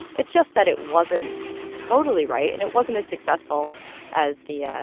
it's just that it wasn't totally right, and it wasn't as successful as the yeah